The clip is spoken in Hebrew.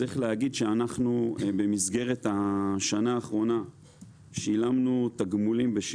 צריך להגיד שאנחנו במסגרת השנה האחרונה שילמנו תגמולים,